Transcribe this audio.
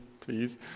please